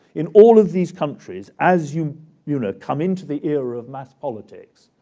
in all of these countries, as you you know come into the era of mass politics,